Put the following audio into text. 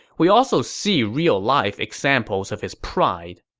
we also see real-life examples of his pride,